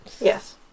yes